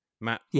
Matt